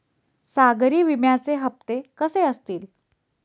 सागरी विम्याचे हप्ते कसे असतील?